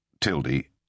Tildy